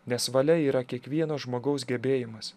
nes valia yra kiekvieno žmogaus gebėjimas